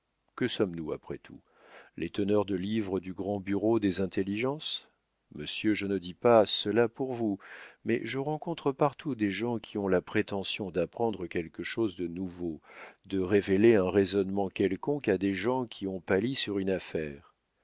que sommes-nous après tout les teneurs de livres du grand bureau des intelligences monsieur je ne dis pas cela pour vous mais je rencontre partout des gens qui ont la prétention d'apprendre quelque chose de nouveau de révéler un raisonnement quelconque à des gens qui ont pâli sur une affaire